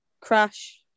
crash